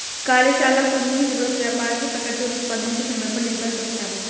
कार्यशाला पूंजी की जरूरत व्यापार की प्रकृति और उत्पादन के समय पर निर्भर करता है